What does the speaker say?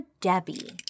Debbie